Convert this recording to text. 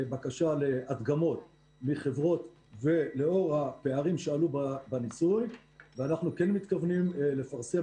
בקשה להדגמות מחברות לאור הפערים שעלו בניסוי ואנחנו כן מתכוונים לפרסם,